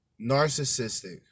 narcissistic